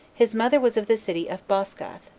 his mother was of the city of boscath,